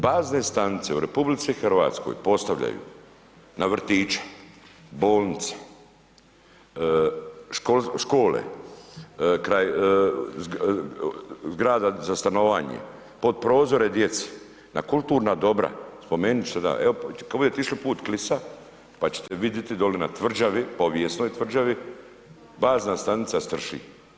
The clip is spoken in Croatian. Bazne stanice u RH postavljaju na vrtiće, bolnice, škole, kraj zgrada za stanovanje, pod prozore djeci, na kulturna dobra, spomenut ću, evo kad budete išli put Klisa, pa ćete vidjeti dolje na tvrđavi, povijesnoj tvrđavi, bazna stanica strši.